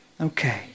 Okay